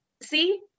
see